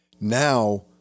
Now